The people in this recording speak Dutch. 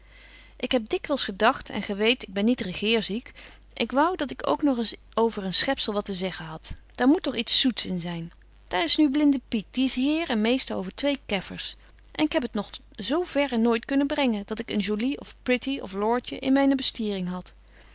ik heb dikwyls gedagt en gy weet ik ben niet regeerziek ik wou dat ik ook nog eens over een schepzel wat te zeggen had daar moet toch iets zoets in zyn daar is nu blinde piet die is heer en meester over twee keffers en ik heb t nog zo verre nooit kunnen brengen dat ik een joly of pretty of lordje in myne bestiering had